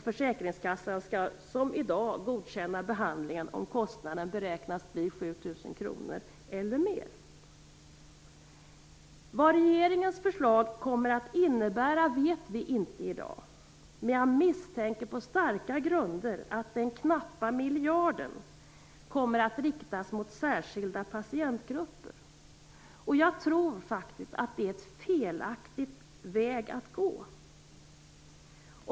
Försäkringskassan skall som i dag godkänna behandlingen om kostnaderna beräknas bli 7 000 kr eller mer. Vad regeringens förslag kommer att innebära vet vi inte i dag. Men jag misstänker på starka grunder att den knappa miljarden kommer att riktas mot särskilda patientgrupper. Jag tror att detta är en felaktig väg att få.